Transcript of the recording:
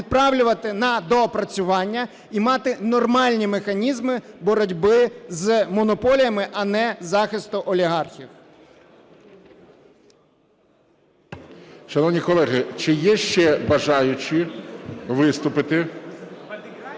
відправляти на доопрацювання. І мати нормальні механізми боротьби з монополіями, а не захисту олігархів.